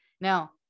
Now